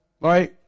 right